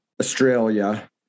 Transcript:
Australia